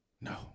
No